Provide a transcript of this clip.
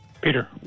Peter